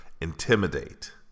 intimidate